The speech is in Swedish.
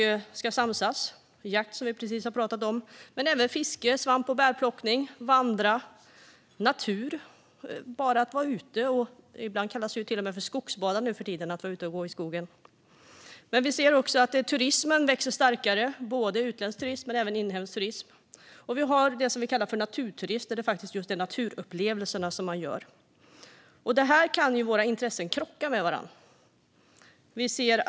Det kan vara jakt, men det kan även vara fråga om fiske, svamp och bärplockning och att vandra. Det handlar om att vara ute och gå i skogen - nu för tiden kallas det för att skogsbada. Turismen växer sig starkare - utländsk turism och även inhemsk turism. I naturturismen handlar det just om naturupplevelserna. Här kan våra intressen krocka med varandra.